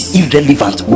irrelevant